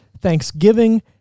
Thanksgiving